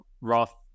Roth